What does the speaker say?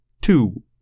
two